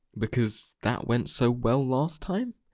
because. that went so well last time!